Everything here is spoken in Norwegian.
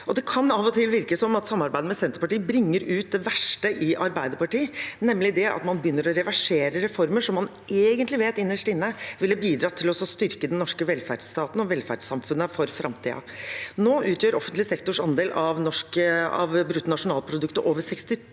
og til virke som at samarbeidet med Senterpartiet bringer ut det verste i Arbeiderpartiet, nemlig det at man begynner å reversere reformer som man egentlig innerst inne vet ville bidratt til å styrke den norske velferdsstaten og velferdssamfunnet for framtiden. Nå utgjør offentlig sektors andel av bruttonasjonalproduktet over 62